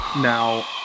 Now